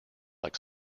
like